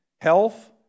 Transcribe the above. health